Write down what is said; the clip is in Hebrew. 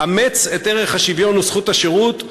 אמץ את ערך השוויון וזכות השירות,